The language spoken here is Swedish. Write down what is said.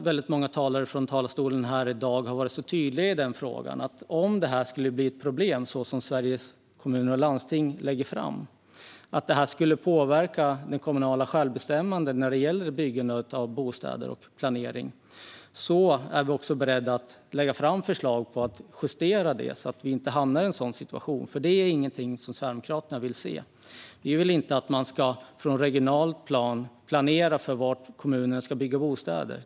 Och jag är glad att många talare här i dag varit så tydliga med att om det skulle bli ett problem, som Sveriges Kommuner och Landsting hävdar, att det här skulle påverka det kommunala självbestämmandet vad gäller byggande av bostäder och planering är man beredd att lägga fram förslag för att justera det så att vi inte hamnar i en sådan situation, för det är ingenting som Sverigedemokraterna vill se. Vi vill inte att man på regionalt plan ska planera var kommunerna ska bygga bostäder.